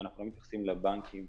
ואנחנו לא מתייחסים לבנקים